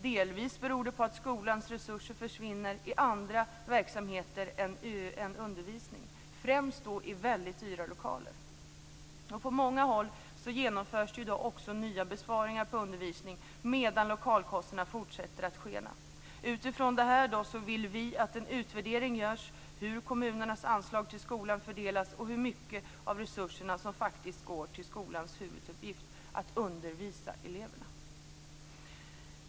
Delvis beror det på att skolans resurser försvinner i andra verksamheter än undervisning - främst i väldigt dyra lokaler. På många håll genomförs det i dag också nya besparingar på undervisning, medan lokalkostnaderna fortsätter att skena. Utifrån detta vill vi att en utvärdering görs av hur kommunernas anslag till skolorna fördelas och av hur mycket av resurserna som faktiskt går till skolans huvuduppgift, dvs. att undervisa eleverna.